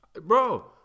Bro